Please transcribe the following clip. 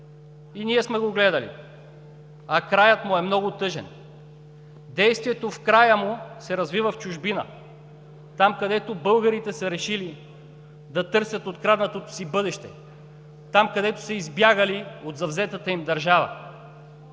И ние сме го гледали! А краят му е много тъжен. Действието в края му се развива в чужбина – там, където българите са решили да търсят откраднатото си бъдеше, там, където са избягали от завзетата им държава!